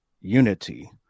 unity